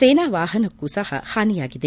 ಸೇನಾ ವಾಹನಕ್ಕೂ ಸಹ ಹಾನಿಯಾಗಿದೆ